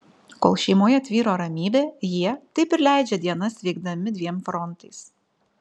kol šeimoje tvyro ramybė jie taip ir leidžia dienas veikdami dviem frontais